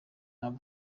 abo